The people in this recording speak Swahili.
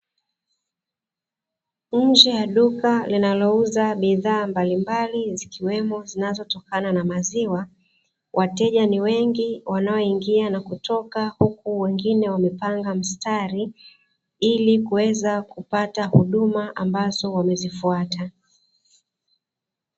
Nje ya duka linalouza bidhaa mbalimbali zikiwemo zinazotokana na maziwa, wateja ni wengi wanaoingia na kutoka huku wengine wamepanga mstari, ili kuweza kupata huduma ambazo wamezifuata.